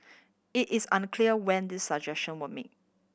it is unclear when these suggestion were made